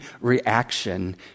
reaction